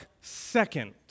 second